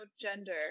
gender